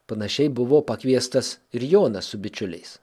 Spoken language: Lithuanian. panašiai buvo pakviestas ir jonas su bičiuliais